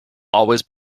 always